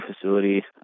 facility